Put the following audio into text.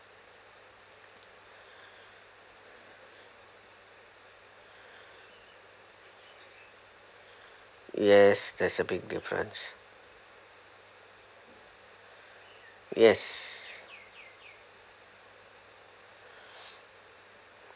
yes there's a big difference yes